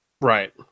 right